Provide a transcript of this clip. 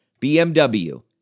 BMW